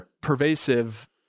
pervasive